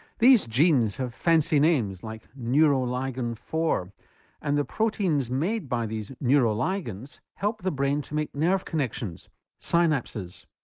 these genes have fancy names like neuroligin four and the proteins made by these neuroligins help the brain to make nerve connections synapses.